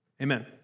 Amen